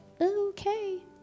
okay